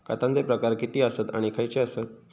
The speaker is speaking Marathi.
खतांचे प्रकार किती आसत आणि खैचे आसत?